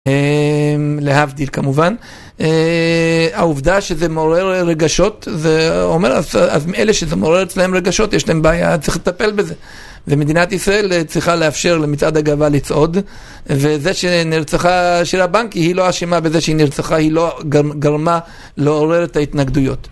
להבדיל כמובן, העובדה שזה מעורר רגשות, זה אומר אז מאלה שזה מעורר אצלהם רגשות יש להם בעיה צריך לטפל בזה, ומדינת ישראל צריכה לאפשר למצעד הגאווה לצעוד, וזה שנרצחה שירה בנק היא לא אשמה בזה שהיא נרצחה היא לא גרמה לעורר את ההתנגדויות